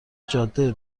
جاده